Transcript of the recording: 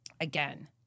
again